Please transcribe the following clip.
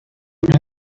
would